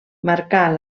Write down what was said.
marcar